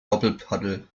doppelpaddel